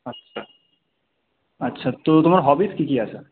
আচ্ছা আচ্ছা তো তোমার হবিস কি কি আছে